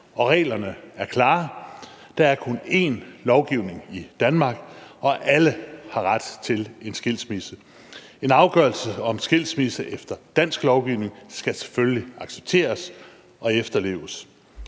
og reglerne er klare. Der er kun én lovgivning i Danmark, og alle har ret til en skilsmisse. En afgørelse om skilsmisse efter dansk lovgivning skal selvfølgelig accepteres og efterleves.